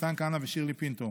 מתן כהנא ושירלי פינטו.